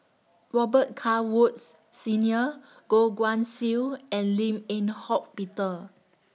Robet Carr Woods Senior Goh Guan Siew and Lim Eng Hock Peter